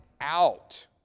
out